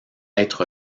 être